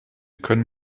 können